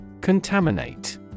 Contaminate